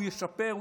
הוא ישפר,